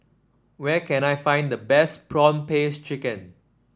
where can I find the best prawn paste chicken